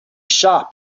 shop